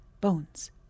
bones